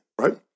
right